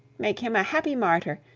make him a happy martyr,